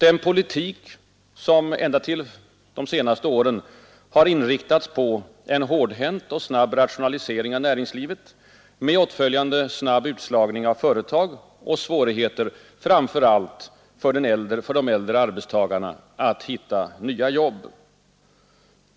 En politik som inriktas på en hårdhänt och snabb rationalisering av näringslivet med åtföljande snabb utslagning av företag och svårigheter fram för allt för de äldre arbetstagarna att finna nya jobb.